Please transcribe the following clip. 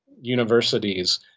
universities